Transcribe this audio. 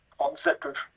concept